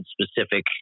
specific